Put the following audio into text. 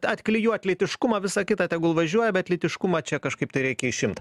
atklijuot lytiškumą visa kita tegul važiuoja bet lytiškumą čia kažkaip tai reikia išimt